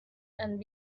and